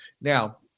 Now